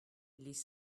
les